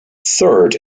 third